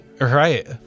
Right